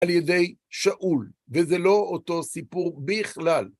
על ידי שאול, וזה לא אותו סיפור בכלל.